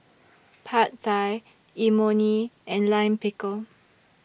Pad Thai Imoni and Lime Pickle